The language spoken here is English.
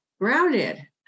grounded